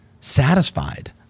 satisfied